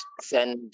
send